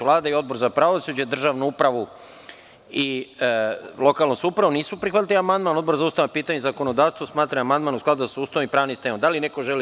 Vlada i Odbor za pravosuđe, državnu upravu i lokalnu samoupravu nisu prihvatili amandman, a Odbor za ustavna pitanja i zakonodavstvo smatra da je amandman u skladu sa Ustavom i pravnim sistemom.